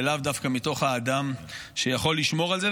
ולאו דווקא מהאדם שיכול לשמור על זה.